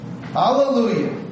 Hallelujah